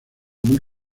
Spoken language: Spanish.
muy